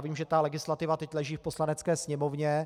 Vím, že legislativa teď leží v Poslanecké sněmovně.